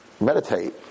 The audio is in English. meditate